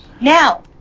Now